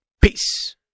Peace